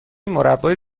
مربای